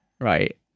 right